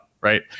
right